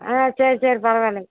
ஆ சரி சரி பரவாயில்லங்க